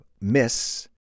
Miss